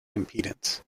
impedance